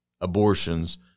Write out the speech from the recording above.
abortions